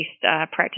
practice